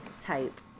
type